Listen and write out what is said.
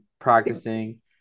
Practicing